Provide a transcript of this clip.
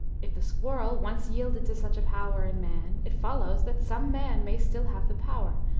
if the squirrel once yielded to such a power in man, it follows that some man may still have the power,